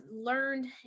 learned